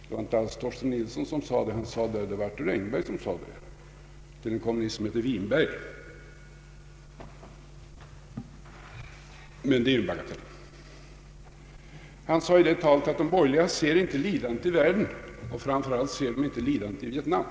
Det var inte alls Torsten Nilsson som fällde yttrandet, utan det var Arthur Engberg som sade det till en kommunist som hette Vinberg — men det är en bagatell. Statsministern sade i det talet att de borgerliga inte ser lidandet i världen och framför allt inte lidandet i Vietnam.